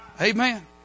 Amen